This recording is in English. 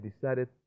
decided